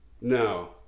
No